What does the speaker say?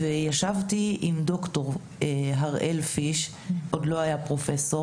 ישבתי עם ד"ר הראל-פיש הוא עוד לא היה פרופסור